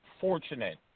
fortunate